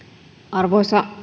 arvoisa